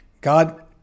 God